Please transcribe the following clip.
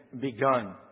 begun